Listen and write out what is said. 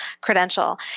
credential